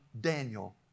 Daniel